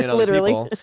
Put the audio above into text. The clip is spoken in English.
and literally.